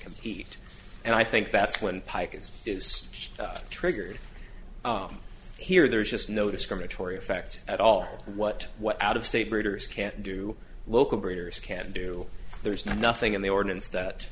compete and i think that's one pike it is triggered here there's just no discriminatory effect at all what what out of state breeders can't do local breeders can do there's nothing in the ordinance that